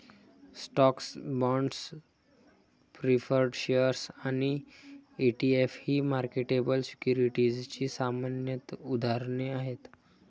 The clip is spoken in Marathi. स्टॉक्स, बाँड्स, प्रीफर्ड शेअर्स आणि ई.टी.एफ ही मार्केटेबल सिक्युरिटीजची सामान्य उदाहरणे आहेत